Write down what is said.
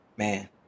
Man